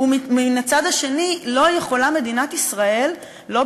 ומן הצד השני מדינת ישראל לא יכולה,